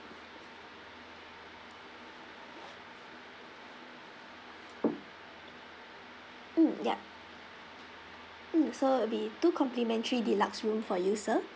mm yup mm so will be two complimentary deluxe room for you sir